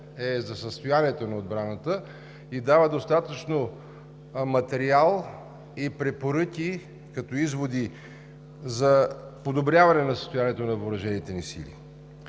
е за състоянието на отбраната и дава достатъчно материал и препоръки, и изводи за подобряване на състоянието на въоръжените ни сили.